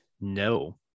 No